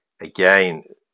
again